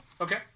Okay